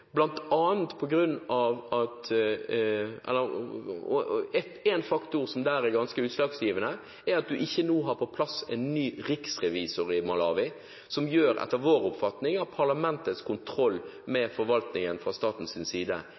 En faktor som er ganske utslagsgivende der, er at de ikke har på plass en ny riksrevisor i Malawi nå, som, etter vår oppfatning, gjør at parlamentets kontroll med forvaltningen fra statens side